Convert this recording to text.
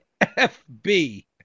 FB